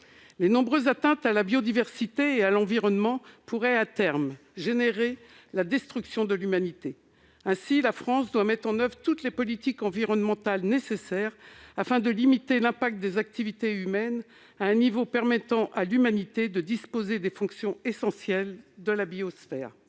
Les nombreuses atteintes à la biodiversité et à l'environnement pourraient à terme entraîner la destruction de l'humanité. Ainsi, la France doit mettre en oeuvre toutes les politiques environnementales nécessaires, afin de limiter les effets de l'activité humaine à un niveau permettant à l'humanité de disposer des fonctions essentielles de la biosphère.